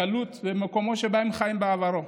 במקומות שבהם חי בעברו,